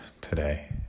today